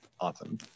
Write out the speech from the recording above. awesome